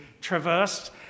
traversed